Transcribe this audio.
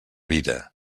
vida